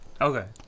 Okay